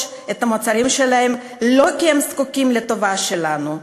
את המוצרים שלהם לא כי הם זקוקים לטובה שלנו,